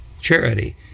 Charity